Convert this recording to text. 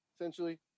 Essentially